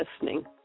listening